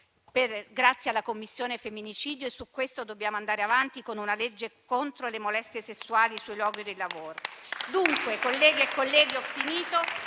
inchiesta sul femminicidio e su questo dobbiamo andare avanti con una legge contro le molestie sessuali sui luoghi di lavoro.